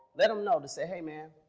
them know to say, hey man!